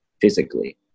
physically